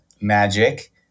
magic